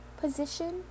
position